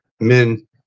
men